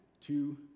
two